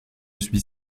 suis